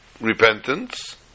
repentance